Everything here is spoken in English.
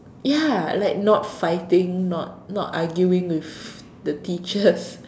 ya like not fighting not not arguing with the teachers